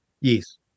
Yes